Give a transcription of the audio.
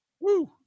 Woo